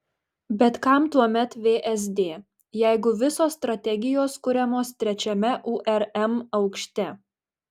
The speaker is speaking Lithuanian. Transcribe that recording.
bet kam tuomet vsd jeigu visos strategijos kuriamos trečiame urm aukšte